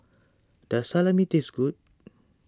does Salami taste good